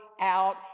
out